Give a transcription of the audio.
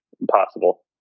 impossible